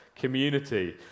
community